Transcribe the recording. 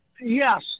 yes